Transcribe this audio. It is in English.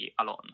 alone